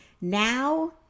Now